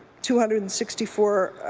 two hundred and sixty four